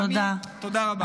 תודה רבה.